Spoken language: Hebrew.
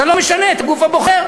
אתה לא משנה את הגוף הבוחר.